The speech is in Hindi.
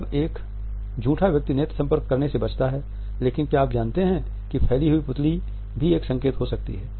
अब एक झूठा व्यक्ति नेत्र संपर्क करने से बचता है लेकिन क्या आप जानते हैं कि फैली हुई पुतली भी एक संकेत हो सकती है